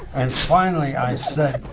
and finally i so